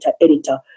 editor